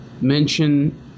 mention